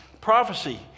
Prophecy